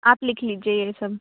آپ لکھ لیجیے یہ سب